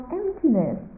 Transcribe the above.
emptiness